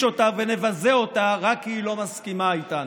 אותה ונבזה אותה רק כי היא לא מסכימה איתנו.